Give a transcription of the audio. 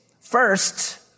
first